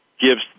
gives